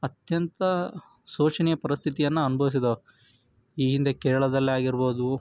ಅತ್ಯಂತ ಶೋಷಣೀಯ ಪರಿಸ್ಥಿತಿಯನ್ನು ಅನ್ಭವಿಸಿದವು ಈ ಹಿಂದೆ ಕೇರಳದಲ್ಲಾಗಿರ್ಬೋದು